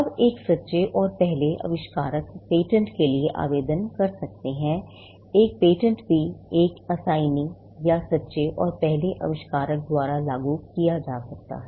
अब एक सच्चे और पहले आविष्कारक पेटेंट के लिए आवेदन कर सकते हैं एक पेटेंट भी एक assignee या सच्चे और पहले आविष्कारक द्वारा लागू किया जा सकता है